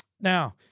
Now